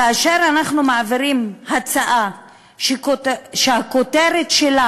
כאשר אנחנו מעבירים הצעה שהכותרת שלה